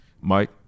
Mike